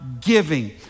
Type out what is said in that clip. giving